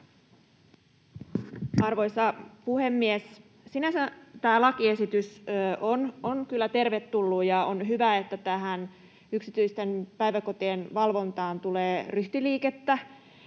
Arvoisa puhemies! Sinänsä tämä lakiesitys on kyllä tervetullut, ja on hyvä, että tähän yksityisten päiväkotien valvontaan tulee ryhtiliikettä.